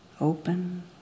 open